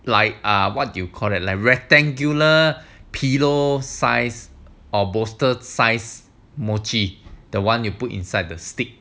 like ah what do you call that like rectangular pillow size or booster size mochi the one you put inside the stick